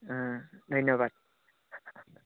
ধন্যবাদ